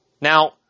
Now